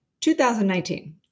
2019